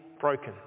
broken